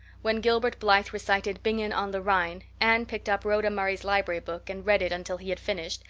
when gilbert blythe recited bingen on the rhine anne picked up rhoda murray's library book and read it until he had finished,